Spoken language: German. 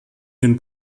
den